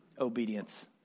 obedience